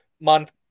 Month